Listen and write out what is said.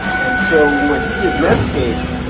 and so when he did netscape,